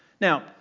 Now